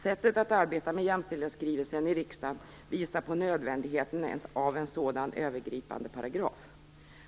Sättet att arbeta med jämställdhetsskrivelsen i riksdagen visar på nödvändigheten av en sådan övergripande paragraf.